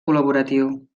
col·laboratiu